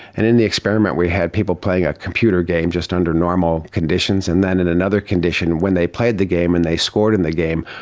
and in the experiment we had people playing a computer game just under normal conditions, and then in another condition when they played the game and they scored in the game,